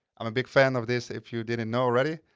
i'm a big fan of this if you didn't know already.